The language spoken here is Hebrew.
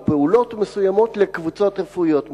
פעולות מסוימות לקבוצות רפואיות מסוימות.